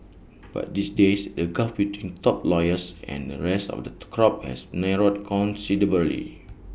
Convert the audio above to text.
but these days the gulf between top lawyers and the rest of the crop has narrowed considerably